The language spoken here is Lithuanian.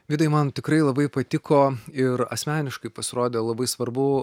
vidai man tikrai labai patiko ir asmeniškai pasirodė labai svarbu